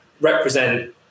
represent